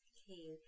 Okay